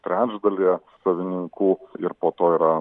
trečdalyje savininkų ir po to yra